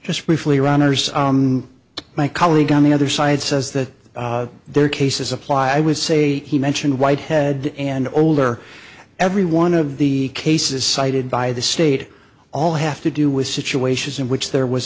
just briefly runners on my colleague on the other side says that there are cases apply i would say he mentioned whitehead and older every one of the cases cited by the state all have to do with situations in which there was